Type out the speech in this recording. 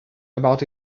about